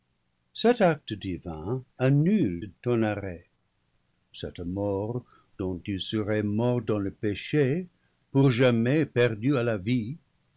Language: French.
annule ton arrêt cette mort dont tu serais mort dans le péché pour jamais perdu à la vie